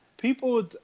people